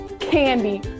Candy